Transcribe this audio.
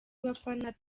bafana